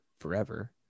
forever